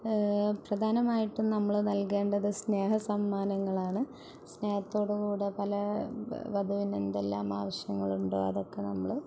പ്രധാനമായിട്ടും നമ്മള് നല്കേണ്ടത് സ്നേഹസമ്മാനങ്ങളാണ് സ്നേഹത്തോടുകൂടെ പല വധുവിന് എന്തെല്ലാം ആവശ്യങ്ങളുണ്ടോ അതൊക്കെ നമ്മള്